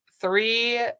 three